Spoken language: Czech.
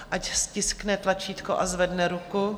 Ať stiskne tlačítko a zvedne ruku.